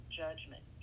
judgment